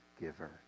giver